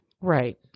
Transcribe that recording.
Right